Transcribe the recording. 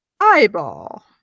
Eyeball